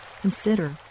consider